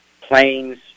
planes